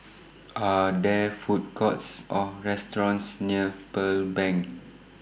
Are There Food Courts Or restaurants near Pearl Bank